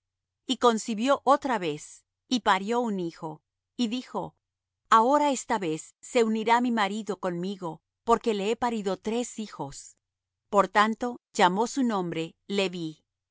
y concibió otra vez y parió un hijo y dijo ahora esta vez se unirá mi marido conmigo porque le he parido tres hijos por tanto llamó su nombre leví y